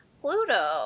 Pluto